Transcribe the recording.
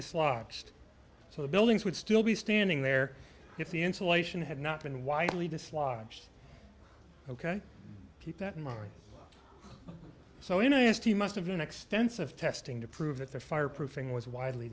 dislodged so the buildings would still be standing there if the insulation had not been widely dislodged ok keep that in mind so in i asked he must have been extensive testing to prove that the fire proofing was widely